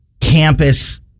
campus